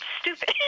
stupid